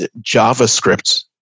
JavaScript